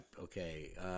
Okay